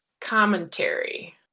Commentary